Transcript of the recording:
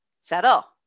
settle